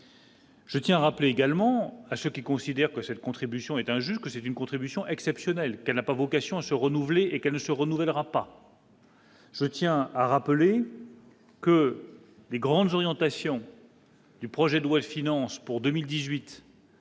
Je tiens à rappeler également à ceux qui considèrent que cette contribution est un juge que c'est une contribution exceptionnelle qu'elle n'a pas vocation à se renouveler et qu'elle ne se renouvellera pas. Je tiens à rappeler que les grandes orientations. Le projet de loi de finances pour 2018.